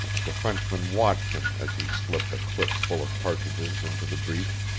the frenchman watched him as he slipped a clip full of cartridges into the breech.